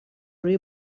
روی